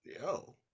yo